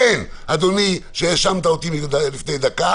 כן, אדוני, שהאשמת אותי לפני דקה